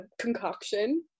concoction